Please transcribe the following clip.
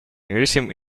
nudism